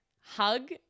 hug